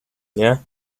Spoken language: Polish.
nie